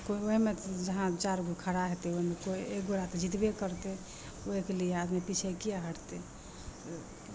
कोइ ओहिमे तऽ जहाँ चारि गो खड़ा हेतै ओहिमे कोइ एक गोटा तऽ जितबै करतै ओहिके लिए आदमी पीछे किएक हटतै